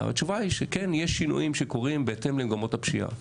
התשובה היא שכן יש שינויים שקורים בהתאם למגמות הפשיעה,